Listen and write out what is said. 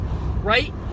right